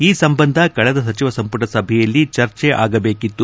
ಈ ಸಂಬಂಧ ಕಳೆದ ಸಚಿವ ಸಂಪುಟ ಸಭೆಯಲ್ಲಿ ಚರ್ಚೆ ಆಗಬೇತಿತ್ತು